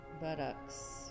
buttocks